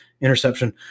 interception